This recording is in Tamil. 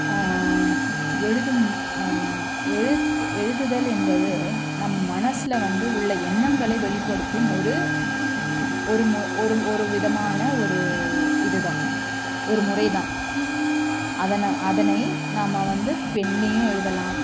எழுதும் எழுத்து எழுதுதல் என்பது நம் மனதுல வந்து உள்ள எண்ணங்களை வெளிப்படுத்தும் ஒரு ஒரு மொ ஒரு ஒரு விதமான ஒரு இதுதான் ஒரு முறை தான் அதை நான் அதனை நம்ம வந்து பென்லேயும் எழுதலாம்